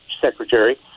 secretary